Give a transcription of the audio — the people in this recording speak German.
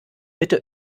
bitte